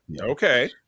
okay